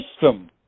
system